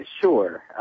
Sure